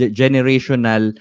generational